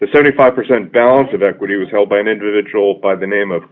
seventy five percent balance of equity was held by an individual by the name of